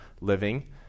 living